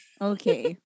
Okay